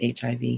HIV